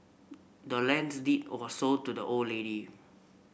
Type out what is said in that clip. the land's deed was sold to the old lady